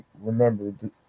remember